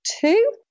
two